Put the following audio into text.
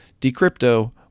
Decrypto